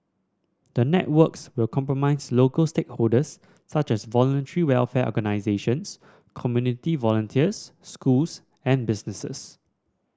the networks will comprise local stakeholders such as Voluntary Welfare Organisations community volunteers schools and businesses